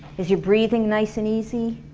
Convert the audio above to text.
is your breathing nice and easy?